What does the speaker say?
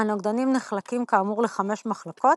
הנוגדנים נחלקים, כאמור, לחמש מחלקות,